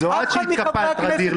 זו את שהתקפלת, ע'דיר.